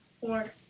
Four